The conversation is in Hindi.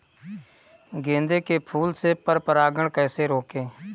गेंदे के फूल से पर परागण कैसे रोकें?